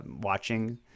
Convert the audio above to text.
watching